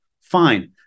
Fine